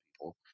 people